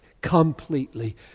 completely